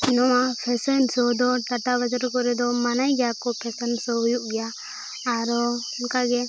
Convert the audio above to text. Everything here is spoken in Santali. ᱱᱚᱣᱟ ᱫᱚ ᱴᱟᱴᱟ ᱵᱟᱡᱟᱨ ᱠᱚᱨᱮ ᱫᱚ ᱢᱟᱱᱟᱣ ᱜᱮᱭᱟ ᱠᱚ ᱦᱩᱭᱩᱜ ᱜᱮᱭᱟ ᱟᱨᱦᱚᱸ ᱚᱱᱠᱟ ᱜᱮ